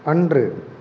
அன்று